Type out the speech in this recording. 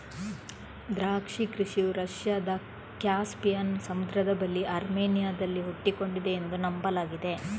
ದ್ರಾಕ್ಷಿ ಕೃಷಿಯು ರಷ್ಯಾದ ಕ್ಯಾಸ್ಪಿಯನ್ ಸಮುದ್ರದ ಬಳಿ ಅರ್ಮೇನಿಯಾದಲ್ಲಿ ಹುಟ್ಟಿಕೊಂಡಿದೆ ಎಂದು ನಂಬಲಾಗಿದೆ